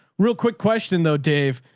real quick question though. dave,